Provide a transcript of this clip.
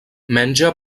menja